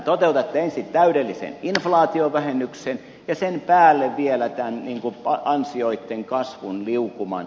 toteutatte ensin täydellisen inflaatiovähennyksen ja sen päälle vielä tämän ansioitten kasvun liukuman